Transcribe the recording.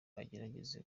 agerageza